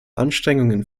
anstrengungen